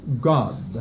God